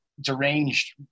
deranged